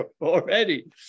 already